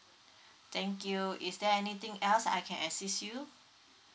thank you is there anything else I can assist you